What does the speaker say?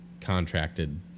contracted